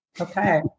Okay